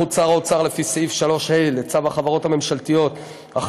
5. סמכות שר האוצר לפי סעיף 3(ה) לצו החברות הממשלתיות (הכרזה